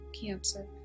cancer